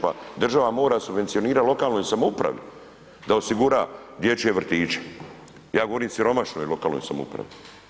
Pa država mora subvencionirati lokalnoj samoupravi da osigura dječje vrtiće, ja govorim o siromašnoj lokalnoj samoupravi.